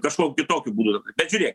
kažkokiu kitokiu būdu bet žiūrėk